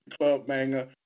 Clubbanger